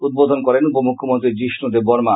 উদ্বোধন করেন উপমুখ্যমন্ত্রী শীষ্ণু দেববর্মা